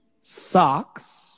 socks